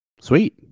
Sweet